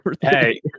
Hey